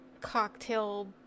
cocktail